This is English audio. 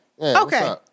okay